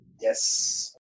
Yes